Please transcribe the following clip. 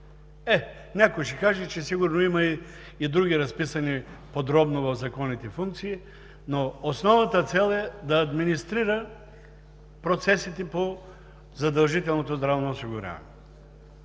Е, някой ще каже, че в законите сигурно има и други подробно разписани функции, но основната цел е да администрира процесите по задължителното здравно осигуряване.